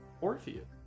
Orpheus